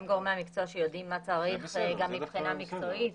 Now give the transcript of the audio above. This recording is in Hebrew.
הם גורמי המקצוע שיודעים מה צריך מבחינה מקצועית.